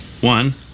One